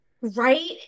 Right